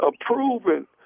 approving